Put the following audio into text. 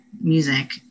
music